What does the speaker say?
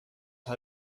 how